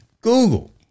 Google